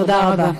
תודה רבה.